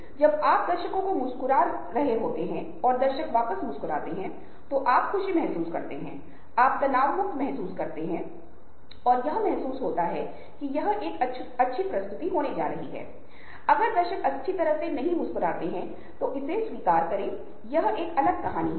और जैसा कि मैंने अभी भी आपको बताया जब हम खुद को अलग करते हैं और हम किसी और के साथ बातचीत नहीं करते तब इसका मतलब यह नहीं है कि हम भोजन नहीं खरीदने जा रहे हैं जो किसी और द्वारा निर्मित किया गया हो हम टीवी नहीं देखने जा रहे हैं जो कि हमारे लिए किसी अन्य व्यक्ति द्वारा बनाई गई हो